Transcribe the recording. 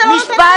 אני רוצה לסכם.